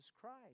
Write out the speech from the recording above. Christ